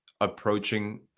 approaching